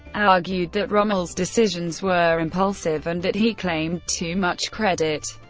argued that rommel's decisions were impulsive and that he claimed too much credit,